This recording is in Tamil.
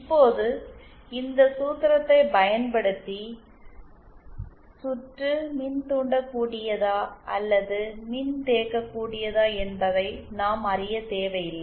இப்போது இந்த சூத்திரத்தைப் பயன்படுத்தி சுற்று மின்தூண்டக்கூடியதா அல்லது மின்தேக்கக்கூடியதா என்பதை நாம் அறியத் தேவையில்லை